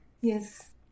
Yes